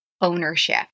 ownership